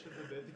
יש את זה באתיקה.